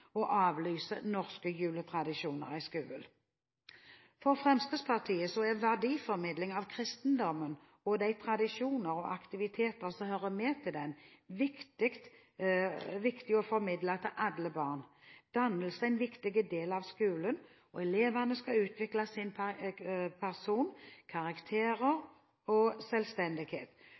norske juletradisjoner i skolen. For Fremskrittspartiet er verdien av kristendommen og de tradisjoner og aktiviteter som hører med til den, viktig å formidle til alle barn. Dannelse er en viktig del av skolen. Elevene skal utvikle sin personlighet, karakter og selvstendighet.